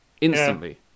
Instantly